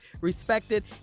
respected